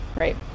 right